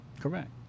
correct